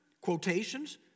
quotations